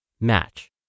match